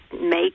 make